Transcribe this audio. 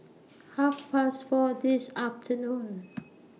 Half Past four This afternoon